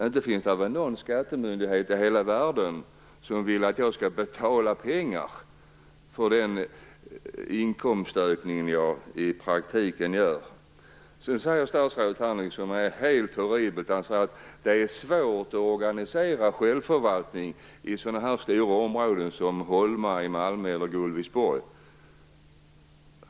Det finns väl ingen skattemyndighet i hela världen som vill att jag skall betala pengar för den inkomstökning som jag i praktiken får? Sedan säger statsrådet något som är helt horribelt. Han säger att det är svårt att organisera självförvaltning i sådana stora områden som Holma i Malmö eller Gullviksborg.